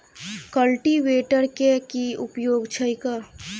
Cultivator केँ की उपयोग छैक?